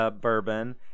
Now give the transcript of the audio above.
bourbon